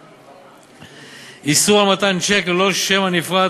3. איסור על מתן צ'ק ללא שם הנפרע,